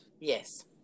yes